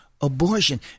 abortion